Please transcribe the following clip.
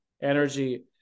energy